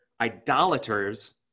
idolaters